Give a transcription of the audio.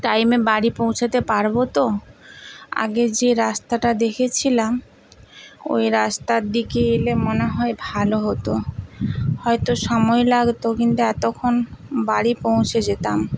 টাইমে বাড়ি পৌঁছাতে পারবো তো আগে যে রাস্তাটা দেখেছিলাম ওই রাস্তার দিকে এলে মনে হয় ভালো হতো হয়তো সময় লাগত কিন্তু এতক্ষণ বাড়ি পৌঁছে যেতাম